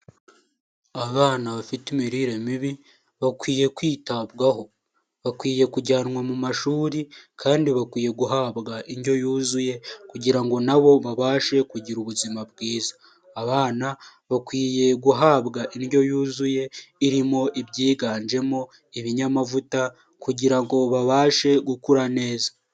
Abana bafite imirire mibi bakwiye kwitabwaho, bakwiye kujyanwa mu mashuri kandi bakwiye guhabwa indyo yuzuye kugira ngo nabo babashe kugira ubuzima bwiza, abana bakwiye guhabwa indyo yuzuye irimo ibyiganjemo ibinyamavuta kugira ngo babashe gukura neza.